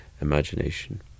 imagination